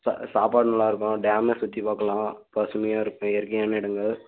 சா சாப்பாடு நல்லா இருக்கும் டேமை சுற்றிப் பார்க்கலாம் பசுமையாக இருக்குது இயற்கையான இடங்கள்